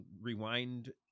rewind—